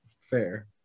Fair